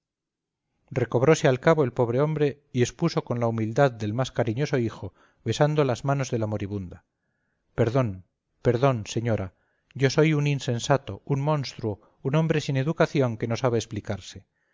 recobrose al cabo el pobre hombre y expuso con la humildad del más cariñoso hijo besando las manos de la moribunda perdón perdón señora yo soy un insensato un monstruo un hombre sin educación que no sabe explicarse